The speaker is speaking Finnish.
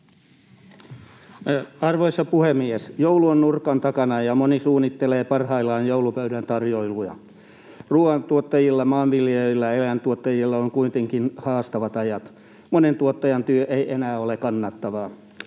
Arvoisa puhemies! Joulu on nurkan takana, ja moni suunnittelee parhaillaan joulupöydän tarjoiluja. Ruuantuottajilla, maanviljelijöillä ja eläintuottajilla on kuitenkin haastavat ajat. Monen tuottajan työ ei enää ole kannattavaa.